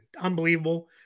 unbelievable